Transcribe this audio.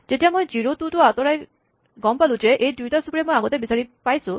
যেতিয়া মই zero two টো আঁতৰাই গম পালোঁ যে এই দুয়োটা চুবুৰীয়াই মই আগতে বিচাৰি পাইছোঁ